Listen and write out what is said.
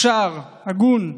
ישר, הגון,